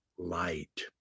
Light